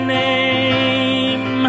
name